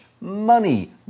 money